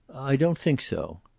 i don't think so.